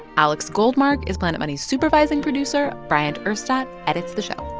alex goldmark is planet money's supervising producer. bryant urstadt edits the show.